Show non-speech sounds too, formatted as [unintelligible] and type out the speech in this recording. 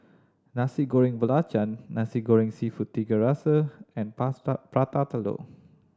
Nasi Goreng Belacan Nasi Goreng Seafood Tiga Rasa and [unintelligible] Prata Telur